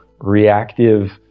reactive